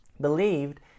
believed